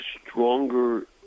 stronger